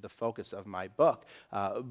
the focus of my book